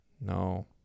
No